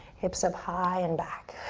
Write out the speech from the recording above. hips up high and back.